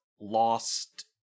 lost